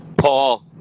Paul